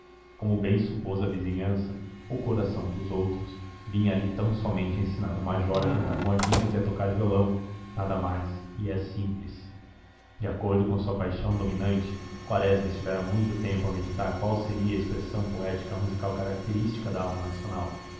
como bem supôs a vizinhança o coração dos outros vinha ali tão-somente ensinar o major a cantar modinhas e a tocar violão nada mais e é simples de acordo com a sua paixão dominante quaresma estivera muito tempo a meditar qual seria a expressão poético musical característica da alma nacional